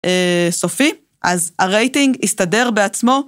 סופי, אז הרייטינג הסתדר בעצמו.